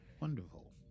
Wonderful